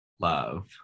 Love